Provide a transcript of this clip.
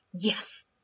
yes